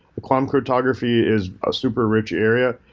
quantum cryptography is a super-rich area.